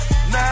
Now